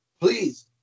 please